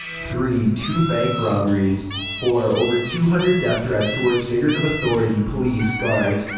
three two bank robberies. four over two hundred death threats toward figures of authority, police, guards,